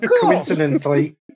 coincidentally